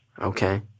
Okay